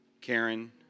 Karen